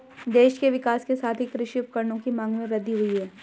देश के विकास के साथ ही कृषि उपकरणों की मांग में वृद्धि हुयी है